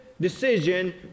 decision